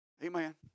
Amen